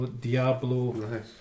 Diablo